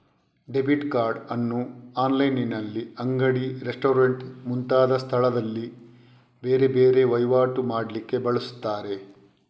debit card ಅನ್ನು ಆನ್ಲೈನಿನಲ್ಲಿ, ಅಂಗಡಿ, ರೆಸ್ಟೋರೆಂಟ್ ಮುಂತಾದ ಸ್ಥಳದಲ್ಲಿ ಬೇರೆ ಬೇರೆ ವೈವಾಟು ಮಾಡ್ಲಿಕ್ಕೆ ಬಳಸ್ತಾರೆ